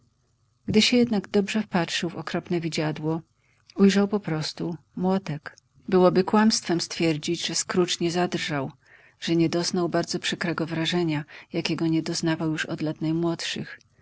gdy się jednak dobrze wpatrzył w okropne widziadło ujrzał poprostu młotek byłoby kłamstwem twierdzić że scrooge nie zadrżał że nie doznał bardzo przykrego wrażenia jakiego nie doznawał już od lat najmłodszych